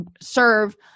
serve